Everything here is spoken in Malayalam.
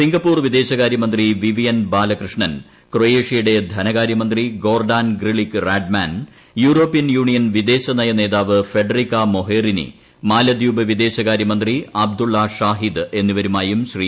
സിങ്കപ്പൂർ വിദേശകാര്യമന്ത്രി വിവിയൻ ബാലകൃഷ്ണൻ ക്രൊയേഷ്യയുടെ ധനകാര്യമന്ത്രി Gordan Grlic Radman European Union വിദേശനയ നേതാവ് ഫെഡറിക്ക മൊഹേറിനി മാലദ്വീപ് വിദേശകാര്യമന്ത്രി അബ്ദുള്ള ഷാഹിദ് എന്നിവരുമായും ശ്രീ